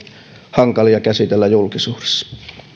hankalia käsitellä julkisuudessa